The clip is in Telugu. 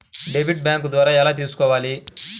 డెబిట్ బ్యాంకు ద్వారా ఎలా తీసుకోవాలి?